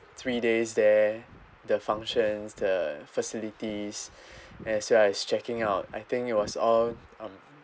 three days there the functions the facilities and as well as checking out I think it was all um